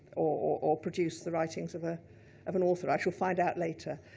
or or produce, the writings of ah of an author. i shall find out later.